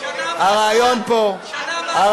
(חבר הכנסת חיים ילין יוצא מאולם המליאה.) חיים,